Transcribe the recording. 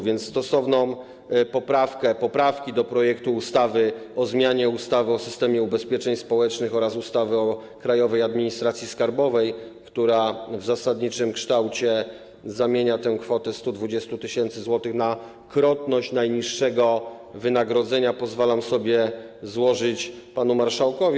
Więc stosowne poprawki do projektu ustawy o zmianie ustawy o systemie ubezpieczeń społecznych oraz ustawy o Krajowej Administracji Skarbowej, która w zasadniczym kształcie zamienia kwotę 120 tys. zł na krotność najniższego wynagrodzenia, pozwalam sobie złożyć panu marszałkowi.